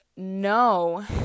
no